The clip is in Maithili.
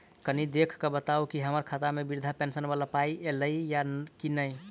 कनि देख कऽ बताऊ न की हम्मर खाता मे वृद्धा पेंशन वला पाई ऐलई आ की नहि?